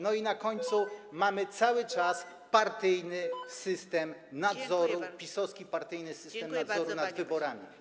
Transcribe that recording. Na końcu mamy cały czas partyjny system nadzoru, PiS-owski partyjny system nadzoru nad wyborami.